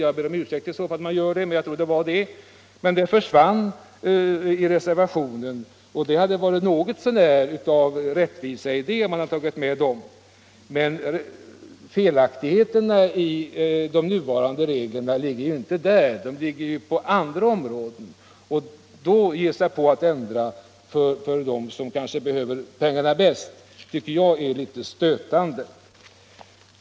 Jag ber i så fall om ursäkt. Den tanken försvann i reservationen. Det hade varit något så när rättvist om man tagit med studiebidragen. Felaktigheterna i de nuvarande reglerna ligger inte främst bland dem som har bidrag utan på andra områden. Och att då ge sig till att ändra förhållandena för dem som behöver pengarna bäst tycker jag är stötande.